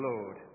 Lord